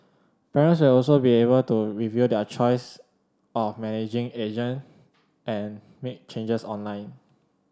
parents will also be able to review their choice of managing agent and make changes online